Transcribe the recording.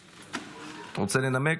אתה רוצה לנמק?